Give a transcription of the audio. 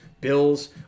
Bills